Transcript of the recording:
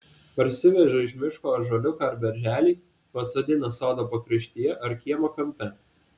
parsiveža iš miško ąžuoliuką ar berželį pasodina sodo pakraštyje ar kiemo kampe